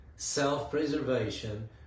self-preservation